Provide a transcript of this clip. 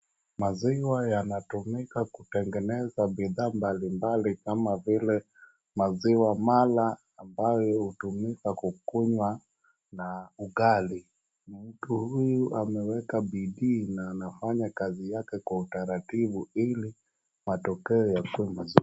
Maziwa yanatumika kutengeneza bidhaa mbali mbali kama vile maziwa mala ambayo hutumika kukunywa na ugali. Mtu huyu ameweka bidii na anafanya kazi yake kwa utaratibu ili matokeo yakuwe mazuri.